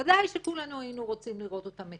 בוודאי שכולנו היינו רוצים לראות אותם מתים.